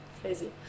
crazy